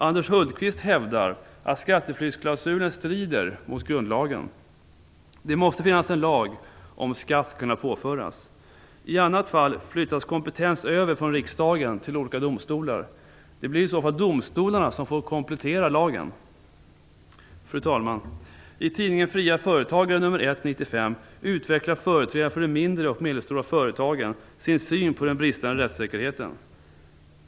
Anders Hultqvist hävdar att skatteflyktsklausulen strider mot grundlagen. Det måste finnas en lag, om skatt skall kunna påföras. I annat fall flyttas kompetens över från riksdagen till olika domstolar. Det blir i så fall domstolarna som får komplettera lagen. Fru talman! I tidningen Fria företagare nr 1/95 utvecklar företrädare för de mindre och medelstora företagen sin syn på den bristande rättssäkerheten.